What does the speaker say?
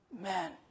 man